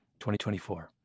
2024